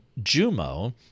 Jumo